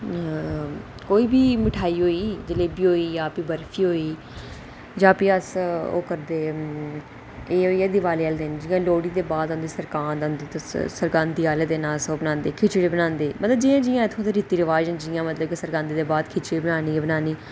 कोई बी मिठाई होई गेई जलेबी होई गेई जां प्ही बर्फी होई गेई जां प्ही अस ओह् करदे एह् होई आ दिवाली आह्ले दिन जि'यां लोह्ड़ी दे बाद आह्ली सक्रांत आंदी सक्रांदी आह्ले दिन अस ओह् बनांदे खिचड़ी बनांदे मतलब जि'यां जि'यां अजकल दे रीती रिवाज न सक्रांदी दे बाद खिचड़ी बनानी गै बनानी